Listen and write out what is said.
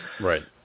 Right